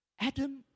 Adam